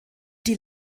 die